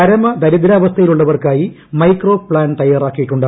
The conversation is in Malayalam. പരമ ദരിദ്രാവസ്ഥയിലുള്ളവർക്കായി മൈക്രോ പ്താൻ തയ്യാറാക്കിയിട്ടുണ്ട്